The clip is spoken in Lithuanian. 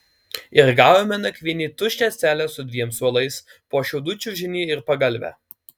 ir gavome nakvynei tuščią celę su dviem suolais po šiaudų čiužinį ir pagalvę